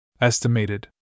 Estimated